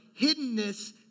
hiddenness